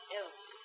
else